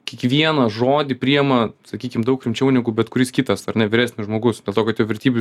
kiekvieną žodį priima sakykim daug rimčiau negu bet kuris kitas ar ne vyresnis žmogus dėl to kad jo vertybių